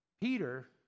Peter